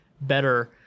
better